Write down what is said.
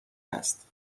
است